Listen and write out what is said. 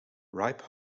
ripe